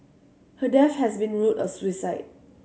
her death has been ruled a suicide